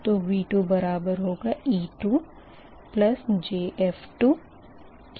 तो V2 बराबर होगा e2jf2 के